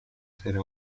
será